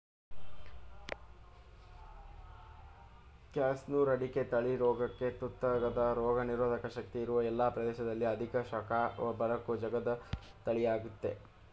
ಕ್ಯಾಸನೂರು ಅಡಿಕೆ ತಳಿ ರೋಗಕ್ಕು ತುತ್ತಾಗದ ರೋಗನಿರೋಧಕ ಶಕ್ತಿ ಇರುವ ಎಲ್ಲ ಪ್ರದೇಶದಲ್ಲಿ ಅಧಿಕ ಶಾಖ ಬರಕ್ಕೂ ಜಗ್ಗದ ತಳಿಯಾಗಯ್ತೆ